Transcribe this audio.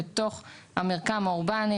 בתוך המרקם האורבני,